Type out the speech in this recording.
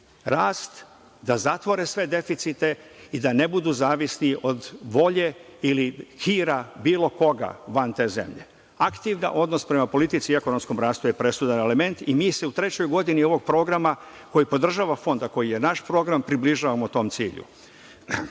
rast, da zatvore sve deficite i da ne budu zavisni od volje ili hira bilo koga van te zemlje. Aktivan odnos prema politici i ekonomskom rastu je presudan element i mi se u trećoj godini ovog programa, koji podržava Fond, a koji je naš program, približavamo tom cilju. Pored